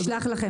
נשלח לכם.